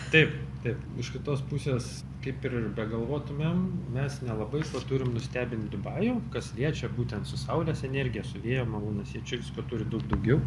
taip taip iš kitos pusės kaip ir begalvotumėm mes nelabai turim nustebint dubajų kas liečia būtent su saulės energija su vėjo malūnais jie čia visko turi daug daugiau